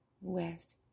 West